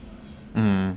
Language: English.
mm